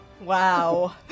Wow